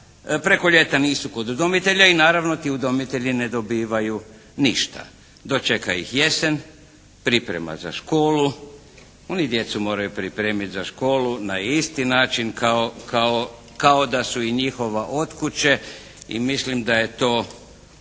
preko ljeta nisu kod udomitelja i naravno ti udomitelji ne dobivaju ništa. Dočeka ih jesen, priprema za školu, oni djecu moraju pripremiti za školu na isti način kao da su i njihova od kuće i mislim da je to